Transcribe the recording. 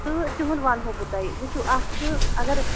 تہٕ تِہُند وَنہو بہٕ تۄہہِ وٕچھو اَکھ چھُ اگر